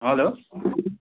hello